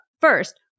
first